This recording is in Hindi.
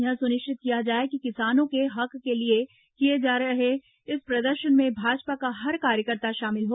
यह सुनिश्चित किया जाए कि किसानों के हक के लिए किए जा रहे इस प्रदर्शन में भाजपा का हर कार्यकर्ता शामिल हो